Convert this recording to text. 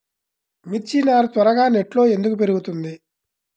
మిర్చి నారు త్వరగా నెట్లో ఎందుకు పెరుగుతుంది?